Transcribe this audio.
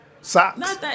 Socks